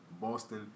Boston